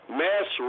mass